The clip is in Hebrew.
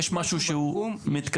יש משהו שהוא מתקדם?